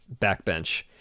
backbench